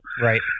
right